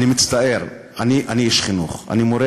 אני מצטער, אני איש חינוך, אני מורה